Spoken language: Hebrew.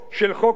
אם יתקבל,